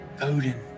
Odin